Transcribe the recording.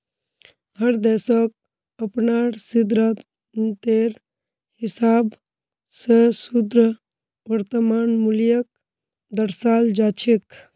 हर देशक अपनार सिद्धान्तेर हिसाब स शुद्ध वर्तमान मूल्यक दर्शाल जा छेक